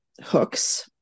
hooks